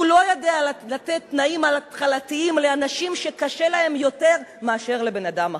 הוא לא יודע לתת תנאים התחלתיים לאנשים שקשה להם יותר מאשר לבן-אדם אחר.